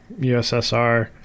USSR